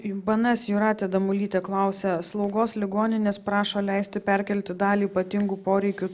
bns jūratė damulytė klausia slaugos ligoninės prašo leisti perkelti dalį ypatingų poreikių